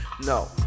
No